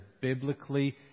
biblically